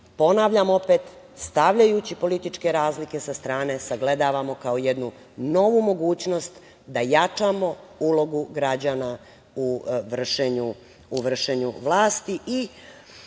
ponavljam opet, stavljajući političke razlike sa strane, sagledavamo kao jednu novu mogućnost da jačamo ulogu građana u vršenju vlasti. Da